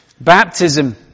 Baptism